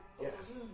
Yes